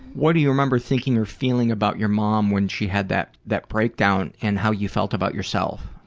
what do you remember thinking or feeling about your mom when she had that, that breakdown and how you felt about yourself?